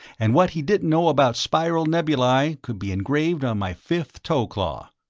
and what he didn't know about spiral nebulae could be engraved on my fifth toe-claw,